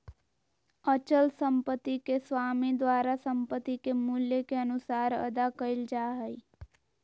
अचल संपत्ति के स्वामी द्वारा संपत्ति के मूल्य के अनुसार अदा कइल जा हइ